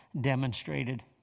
demonstrated